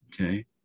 Okay